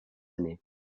années